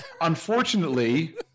unfortunately